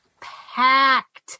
packed